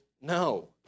no